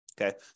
Okay